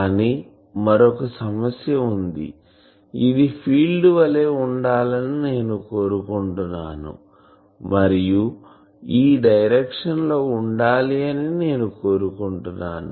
కానీ మరొక సమస్య ఉంది ఇది ఫీల్డ్ వలె ఉండాలని నేను కోరుకుంటున్నాను మరియు ఈ డైరెక్షన్ లో ఉండాలి అని నేను కోరుకుంటున్నాను